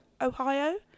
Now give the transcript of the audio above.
Ohio